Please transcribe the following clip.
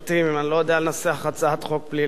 אם אני לא יודע לנסח הצעת חוק פלילית,